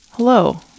Hello